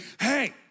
hey